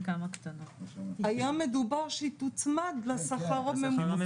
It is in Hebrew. היה מדובר שהיא תוצמד לשכר הממוצע במשק.